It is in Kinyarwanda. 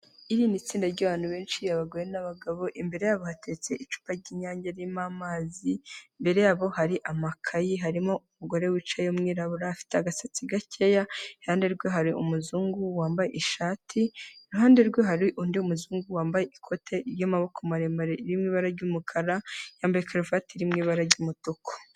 Iri ni itsinda ry'abantu benshi abagore n'abagabo imbere yabo bateretse icupa ry'inyange ririmo amazi, imbere yabo hari amakayi harimo umugore wicaye w'umwirabura afite agasatsi gakeya iruhande rwe hari umuzungu wambaye ishati iruhande rwe hari undi muzungu wambaye ikoti ry'amaboko maremare ririmo ibara ry'umukara, yambaye karuvati iri mu ibara ry'umutuku.